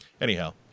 Anyhow